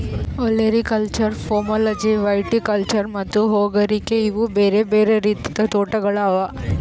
olericulture, pomology, viticulture ಮತ್ತ ಹೂಗಾರಿಕೆ ಇವು ಬೇರೆ ಬೇರೆ ರೀತಿದ್ ತೋಟಗೊಳ್ ಅವಾ